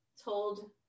told